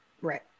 Right